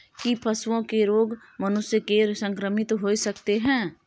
की पशुओं के रोग मनुष्य के संक्रमित होय सकते है?